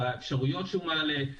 באפשרויות שהוא מעלה,